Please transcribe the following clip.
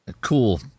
Cool